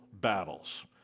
battles